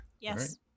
Yes